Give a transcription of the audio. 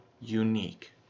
unique